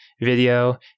video